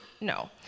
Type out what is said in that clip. No